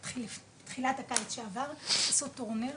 בתחילת הקיץ שעבר עשו טורניר